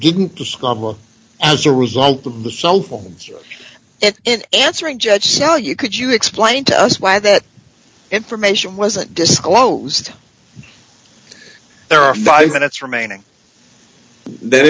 didn't discover as a result of the cell phones and answering judge so you could you explain to us why that information wasn't disclosed there are five minutes remaining th